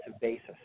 basis